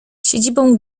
siedzibą